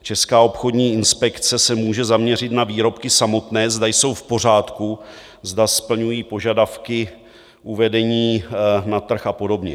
Česká obchodní inspekce se může zaměřit na výrobky samotné, zda jsou v pořádku, zda splňují požadavky uvedení na trh a podobně.